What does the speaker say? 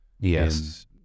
Yes